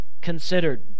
considered